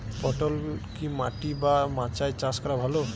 পটল কি মাটি বা মাচায় চাষ করা ভালো?